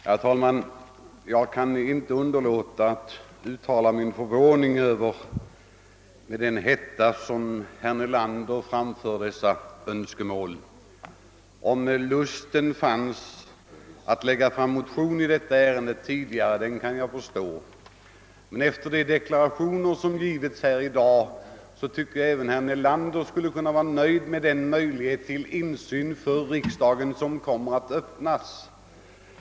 Herr talman! Jag kan icke underlåta att uttala min förvåning över den hetta, med vilken herr Nelander framförde sina önskemål. Jag kan förstå om lust tidigare funnits att lägga fram motion i detta ärende, men efter de deklara tioner som givits här i dag tycker jag att även herr Nelander skulle kunna vara nöjd med den möjlighet till insyn för riksdagen, som kommer att öppnas.